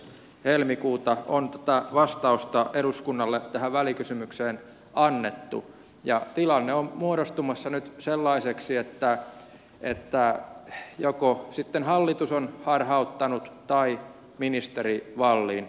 helmikuuta täysistunnossa on vastaus eduskunnalle tähän välikysymykseen annettu ja tilanne on muodostumassa nyt sellaiseksi että joko sitten hallitus on harhauttanut tai ministeri wallin